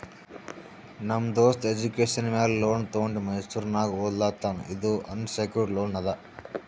ನಮ್ ದೋಸ್ತ ಎಜುಕೇಷನ್ ಮ್ಯಾಲ ಲೋನ್ ತೊಂಡಿ ಮೈಸೂರ್ನಾಗ್ ಓದ್ಲಾತಾನ್ ಇದು ಅನ್ಸೆಕ್ಯೂರ್ಡ್ ಲೋನ್ ಅದಾ